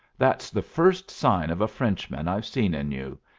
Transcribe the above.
that's the first sign of a frenchman i've seen in you.